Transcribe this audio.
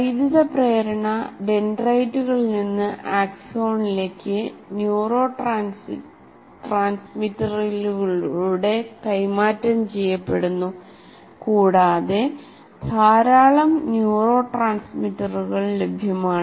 വൈദ്യുത പ്രേരണ ഡെൻഡ്രൈറ്റുകളിൽ നിന്ന് ആക്സണിലേക്ക് നേരിട്ട് അല്ല ന്യൂറോ ട്രാൻസ്മിറ്ററുകളിലൂടെ കൈമാറ്റം ചെയ്യപ്പെടുന്നു കൂടാതെ ധാരാളം ന്യൂറോ ട്രാൻസ്മിറ്ററുകൾ ലഭ്യമാണ്